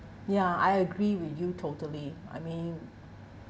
ya I agree with you totally I mean